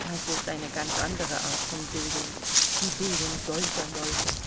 das ist eine ganz andere art von bildung die bildung solcher leute